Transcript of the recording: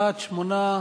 בעד, 8,